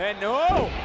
and no,